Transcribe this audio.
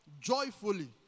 joyfully